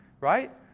Right